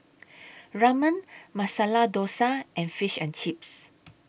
Ramen Masala Dosa and Fish and Chips